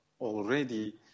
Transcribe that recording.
already